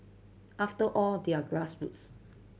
after all they are grassroots